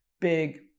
big